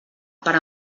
per